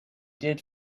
did